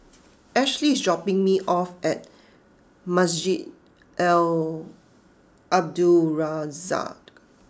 Ashlie is dropping me off at Masjid Al Abdul Razak